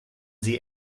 sie